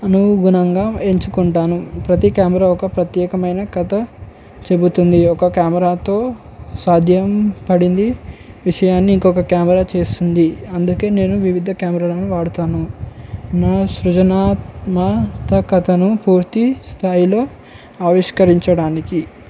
అనుగుణంగా ఎంచుకుంటాను ప్రతి కెమెరా ఒక ప్రత్యేకమైన కథ చెప్తుతుంది ఒక కెమెరాతో సాధ్యం పడింది విషయాన్ని ఇంకొక కెమెరా చేస్తుంది అందుకని నేను వివిధ కెమెరాలను వాడుతాను నా సృజనాత్మత కథను పూర్తి స్థాయిలో ఆవిష్కరించడానికి